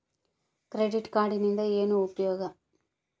Credit ಕಾರ್ಡಿನಿಂದ ಏನು ಉಪಯೋಗದರಿ?